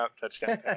touchdown